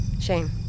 Shame